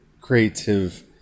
creative